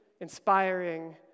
inspiring